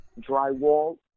drywall